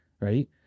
right